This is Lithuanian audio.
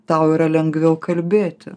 tau yra lengviau kalbėti